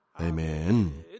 Amen